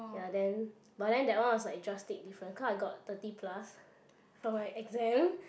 ya then but then that one was like drastic difference because I got like thirty plus for my exam